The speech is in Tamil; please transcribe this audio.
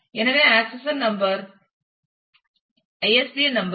எனவே ஆக்சஷன் நம்பர் → ISBN நம்பர்